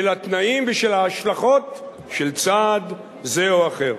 של התנאים ושל ההשלכות של צעד זה או אחר.